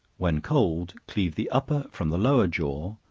when cold, cleave the upper from the lower jaw,